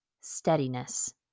steadiness